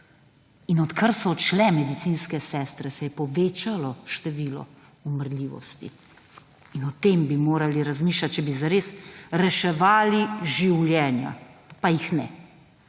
in od kar so odšle medicinske sestre se je povečalo število umrljivosti in o tem bi morali razmišljati, če bi za res reševali življenja pa jih ne.